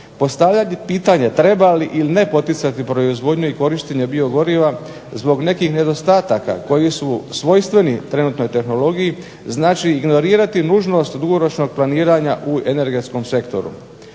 Postavlja se pitanje treba li ili ne poticati proizvodnju i korištenje biogoriva zbog nekih nedostataka koji su svojstveni trenutnoj tehnologiji, znači ignorirati nužnost dugoročnog planiranja u energetskom sektoru.